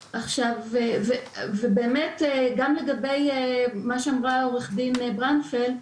גם לגבי מה שאמרה עורכת הדין ברנדפלד,